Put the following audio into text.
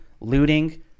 looting